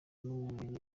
n’umubiri